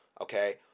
Okay